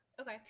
Okay